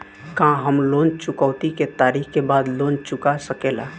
का हम लोन चुकौती के तारीख के बाद लोन चूका सकेला?